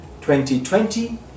2020